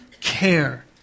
care